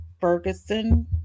ferguson